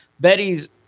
Betty's